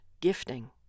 gifting